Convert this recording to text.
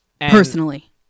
Personally